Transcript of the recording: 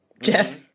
Jeff